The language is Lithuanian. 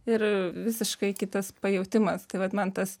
ir visiškai kitas pajautimas tai vat man tas